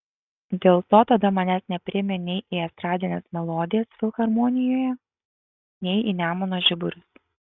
dėl to tada manęs nepriėmė nei į estradines melodijas filharmonijoje nei į nemuno žiburius